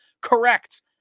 Correct